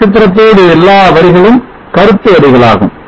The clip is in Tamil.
நட்சத்திரத்தோடு எல்லா வரிகளும் கருத்து வரிகளாகும்